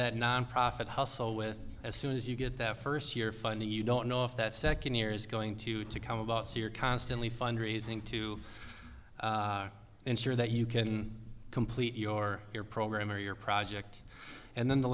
that nonprofit hustle with as soon as you get that first year funding you don't know if that second year is going to to come about so you're constantly fund raising to ensure that you can complete your your program or your project and then the